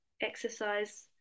exercise